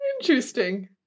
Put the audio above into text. Interesting